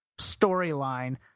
storyline